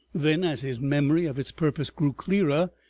then, as his memory of its purpose grew clearer,